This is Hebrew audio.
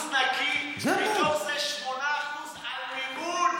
אדוני, 12% נקי, מתוך זה 8% על מימון.